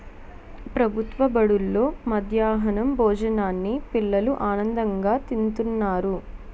ప్రభుత్వ బడుల్లో మధ్యాహ్నం భోజనాన్ని పిల్లలు ఆనందంగా తింతన్నారు